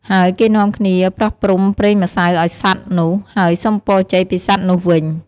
ហើយគេនាំគ្នាប្រោះព្រំប្រេងម្សៅអោយសត្វនោះ ហើយសុំពរជ័យពីសត្វនោះវិញ។